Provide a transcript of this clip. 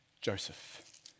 Joseph